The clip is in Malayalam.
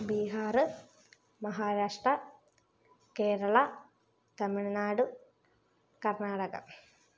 ബീഹാർ മഹാരാഷ്ട്ര കേരള തമിഴ്നാട് കർണാടക